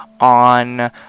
on